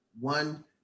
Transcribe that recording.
one